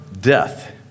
death